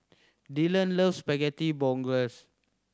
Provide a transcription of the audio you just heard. Dillan loves Spaghetti Bolognese